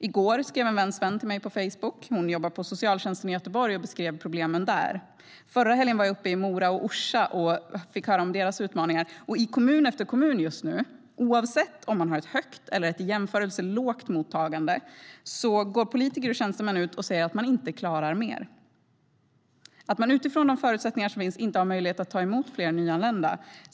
I går skrev en väns vän till mig på Facebook. Hon jobbar på socialtjänsten i Göteborg och beskrev problemen där. Förra helgen var jag uppe i Mora och Orsa och fick höra om deras utmaningar. Och i kommun efter kommun just nu, oavsett om man har ett högt eller ett i jämförelse lågt mottagande, går politiker och tjänstemän ut och säger att man inte klarar mer. Utifrån de förutsättningar som finns har man inte möjlighet att ta emot fler nyanlända.